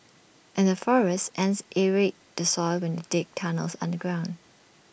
in the forests ants aerate the soil when they dig tunnels underground